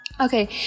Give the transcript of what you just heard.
okay